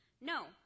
No